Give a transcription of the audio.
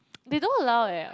they don't allow eh